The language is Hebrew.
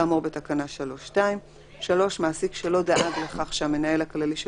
כאמור בתקנה 3(2); מעסיק שלא דאג לכך שהמנהל הכללי של